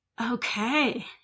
Okay